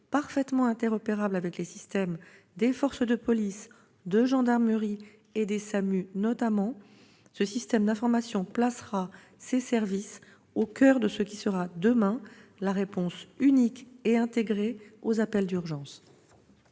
parfaitement interopérable avec les systèmes des forces de police et de gendarmerie et avec ceux des SAMU notamment, ce système d'information placera ces services au coeur de ce que sera demain la réponse unique et intégrée aux appels d'urgence.